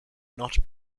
not